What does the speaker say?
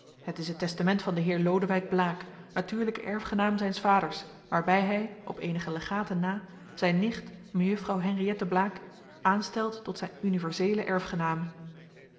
het is het testament van den heer lodewijk blaek natuurlijken erfgenaam zijns vaders waarbij hij op eenige legaten na zijn nicht mejuffrouw henriëtte blaek aanstelt tot zijn universeele